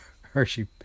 Hershey